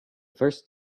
first